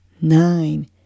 nine